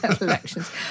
elections